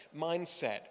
mindset